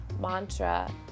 mantra